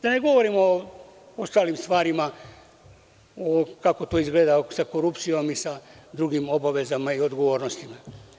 Da ne govorimo o ostalim stvarima, kako to izgleda sa korupcijom i sa drugim obavezama i odgovornostima.